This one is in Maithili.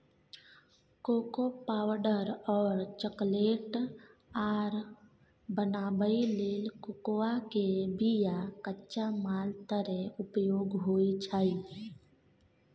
कोको पावडर और चकलेट आर बनाबइ लेल कोकोआ के बिया कच्चा माल तरे उपयोग होइ छइ